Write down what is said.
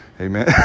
Amen